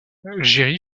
géry